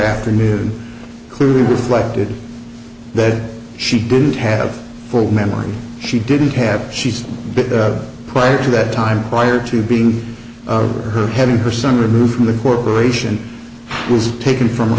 afternoon clearly reflected that she didn't have for memory she didn't have she's been prior to that time prior to being her head and her son removed from the corporation was taken from a